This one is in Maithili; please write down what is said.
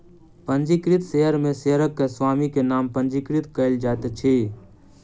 पंजीकृत शेयर में शेयरक स्वामी के नाम पंजीकृत कयल जाइत अछि